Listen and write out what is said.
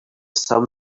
some